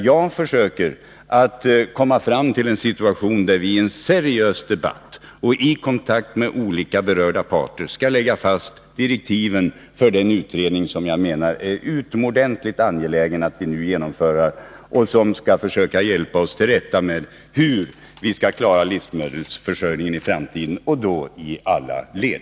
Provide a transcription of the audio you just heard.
Jag försöker komma fram till en situation där viien seriös debatt och i kontakt med olika berörda parter skall kunna lägga fast direktiven för den utredning som jag menar att det är utomordenligt angeläget med och som skall försöka hjälpa oss till rätta när det gäller att finna ett sätt att klara livsmedelsförsörjningen i framtiden. Det gäller då i alla led.